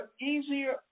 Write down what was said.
easier